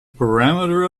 parameter